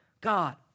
God